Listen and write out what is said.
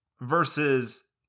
Versus